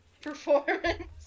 performance